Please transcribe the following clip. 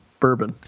bourbon